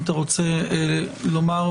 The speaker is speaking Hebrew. אם אתה רוצה לדבר,